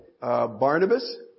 Barnabas